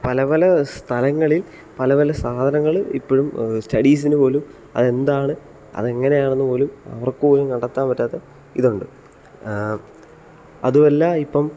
പല പല സ്ഥലങ്ങളിൽ പല പല സാധങ്ങൾ ഇപ്പോഴും സ്റ്റഡീസിന് പോലും അത് എന്താണ് അത് എങ്ങനെയാണെന്ന് പോലും അവർക്ക് പോലും കണ്ടെത്താൻ പറ്റാതെ ഇതുണ്ട് അതുമല്ല ഇപ്പം